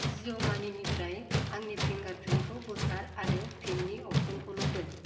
जिअ' मानि निफ्राय आंनि फिंगार प्रिन्ट खौ बोखार आरो पिननि अपसनखौल' दोन